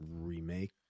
remake